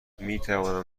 میتوانم